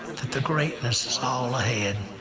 that the greatness is all ahead,